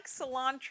cilantro